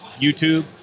YouTube